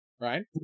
right